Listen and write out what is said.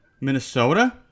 Minnesota